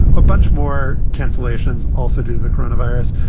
a bunch more cancellations also due to the coronavirus.